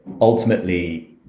ultimately